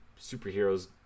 superheroes